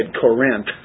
Corinth